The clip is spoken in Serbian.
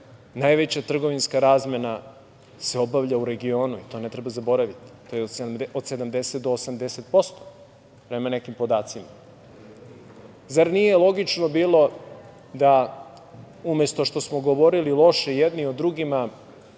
najveća trgovinska razmena se obavlja u regionu i to ne treba zaboraviti, to je od 70 do 80%, prema nekim podacima i zar nije logično bilo da umesto što smo govorili loše jedni o drugima,